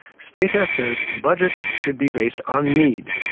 steita says budgets should be based on need.